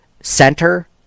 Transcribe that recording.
center